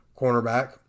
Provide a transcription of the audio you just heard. cornerback